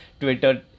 Twitter